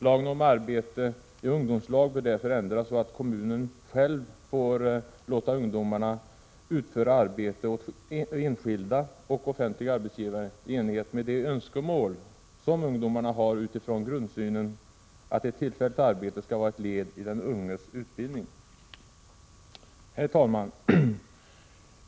Lagen om arbete i ungdomslag bör därför ändras så att kommunerna själva får låta ungdomarna utföra arbete åt enskilda och offentliga arbetsgivare i enlighet med de önskemål som ungdomarna har, utifrån grundsynen att ett tillfälligt arbete skall vara ett led i den unges utbildning. Herr talman!